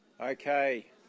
Okay